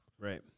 Right